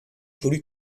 pollue